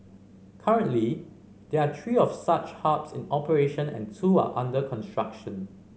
currently there are three of such hubs in operation and two are under construction